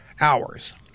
hours